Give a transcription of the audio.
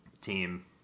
team